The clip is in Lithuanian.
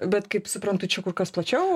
bet kaip suprantu čia kur kas plačiau